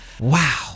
Wow